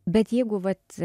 bet jeigu vat